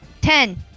ten